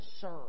serve